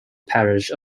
parish